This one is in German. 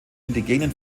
indigenen